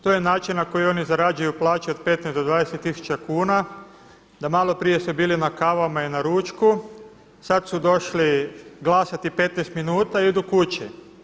To je način na koji oni zarađuju plaću od 15 do 20 tisuća kuna, do malo prije su bili na kavama i na ručku, sada su došli glasati 15 minuta i idu kući.